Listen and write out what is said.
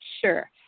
Sure